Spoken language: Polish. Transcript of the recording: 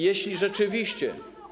Jeśli rzeczywiście.